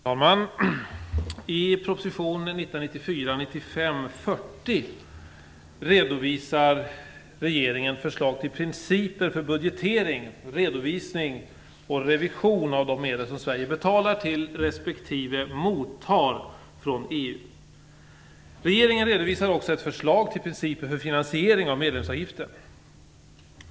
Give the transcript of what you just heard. Fru talman! I proposition 1994/95:40 redovisar regeringen förslag till principer för budgetering, redovisning och revision av de medel som Sverige betalar till respektive mottar från EU. Regeringen redovisar också ett förslag till principer för finansiering av medlemsavgiften.